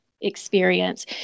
experience